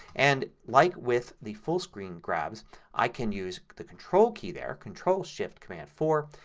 and like with the full screen grabs i can use the control key there, control shift command four,